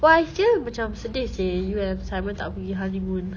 oh I still macam sedih seh you and simon tak pergi honeymoon